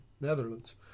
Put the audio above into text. Netherlands